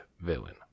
villain